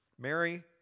Mary